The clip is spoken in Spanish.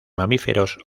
mamíferos